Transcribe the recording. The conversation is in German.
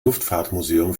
luftfahrtmuseum